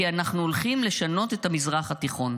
כי אנחנו הולכים לשנות את המזרח התיכון.